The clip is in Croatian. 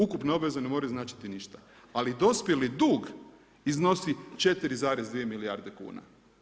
Ukupne obaveze ne moraju značiti ništa, ali dospjeli dug iznosi 4,2 milijarde kuna.